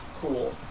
Cool